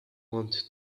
want